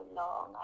long